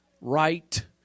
right